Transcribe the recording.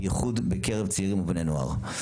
בייחוד בקרב צעירים ובני נוער.